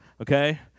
okay